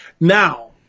Now